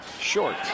Short